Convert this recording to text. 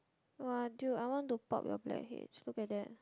!wah! dude I want to pop your blackheads look at that